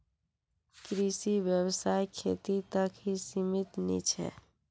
कृषि व्यवसाय खेती तक ही सीमित नी छे